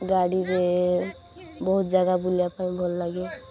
ଗାଡ଼ିରେ ବହୁତ ଜାଗା ବୁଲିବା ପାଇଁ ଭଲ ଲାଗେ